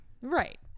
Right